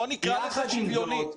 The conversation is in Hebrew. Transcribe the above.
יחד עם זאת,